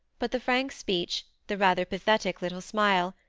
but the frank speech, the rather pathetic little smile,